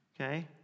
okay